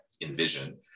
envision